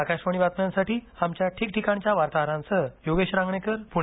आकाशवाणी बातम्यांसाठी आमच्या ठीकठिकाणच्या वार्ताहरांसह योगेश रांगणेकर पुणे